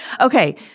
Okay